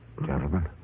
gentlemen